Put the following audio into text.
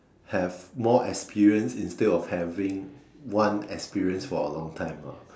have more experience instead of having one experience for a long time ah